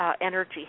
energy